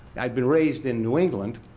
i'd been raised in new england,